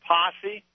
Posse